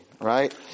Right